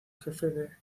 jefe